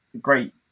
Great